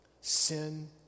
Sin